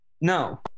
no